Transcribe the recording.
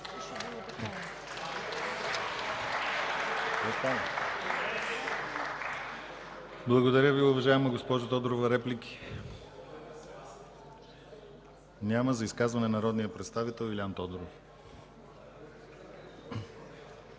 Благодаря Ви, уважаема госпожо Тодорова. Реплики? Няма. За изказване – народният представител Илиан Тодоров.